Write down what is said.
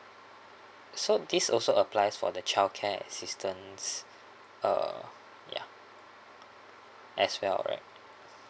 so this also applies for the childcare assistance uh ya as well right